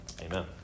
Amen